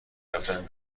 رفتن